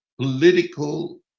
political